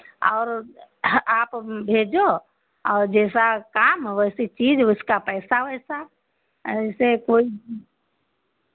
और आप भेजो और जैसा काम वैसी चीज़ उसका पैसा वैसा ऐसे कोई